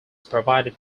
provided